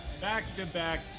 back-to-back